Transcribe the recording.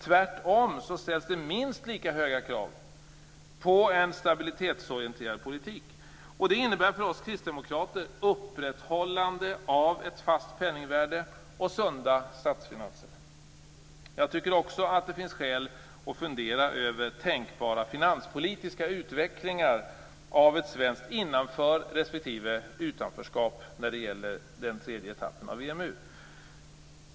Tvärtom ställs det minst lika höga krav på en stabilitetsorienterad politik. Det innebär för oss kristdemokrater upprätthållande av ett fast penningvärde och sunda statsfinanser. Jag tycker också att det finns skäl att fundera över tänkbara finanspolitiska utvecklingar av ett svenskt innanför respektive utanförskap när det gäller den tredje etappen av EMU.